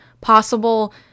possible